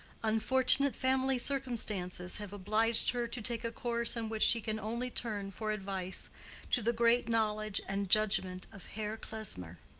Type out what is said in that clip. unfortunate family circumstances have obliged her to take a course in which she can only turn for advice to the great knowledge and judgment of herr klesmer.